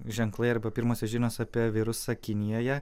ženklai arba pirmosios žinios apie virusą kinijoje